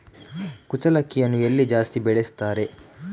ಕುಚ್ಚಲಕ್ಕಿಯನ್ನು ಎಲ್ಲಿ ಜಾಸ್ತಿ ಬೆಳೆಸ್ತಾರೆ?